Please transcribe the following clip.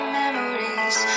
memories